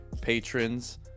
patrons